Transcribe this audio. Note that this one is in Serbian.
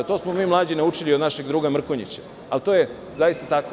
To smo mi mlađi naučili od našeg druga Mrkonjića, a to je zaista tako.